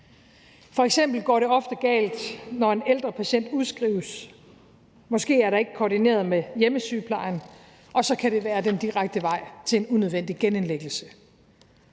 F.eks. går det ofte galt, når en ældre patient udskrives – måske er det ikke koordineret med hjemmesygeplejen, og så kan det være den direkte vej til en unødvendig genindlæggelse.